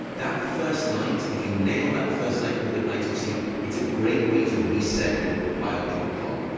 that first night, if you nail that first night with a good night of sleep, it's a great way to reset your biological clock.